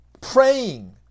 praying